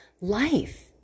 life